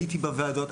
הייתי בוועדות.